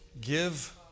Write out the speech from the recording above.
give